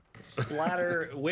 Splatter